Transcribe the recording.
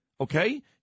Okay